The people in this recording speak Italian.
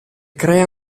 crea